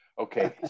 Okay